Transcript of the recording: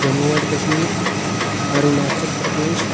Jammu and Kashmir Arunachal Pradesh